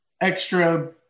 extra